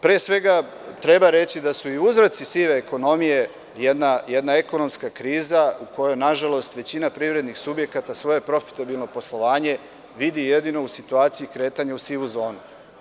Pre svega, treba reći da su uzroci sive ekonomije jedna ekonomska kriza u kojoj nažalost, privrednih subjekata svoje profitabilno poslovanje vidi jedino u situaciji kretanja u sivoj zoni.